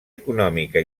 econòmica